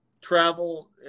travel